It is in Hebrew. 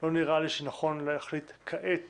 לא נראה לי שנכון להחליט כעת